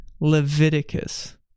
Leviticus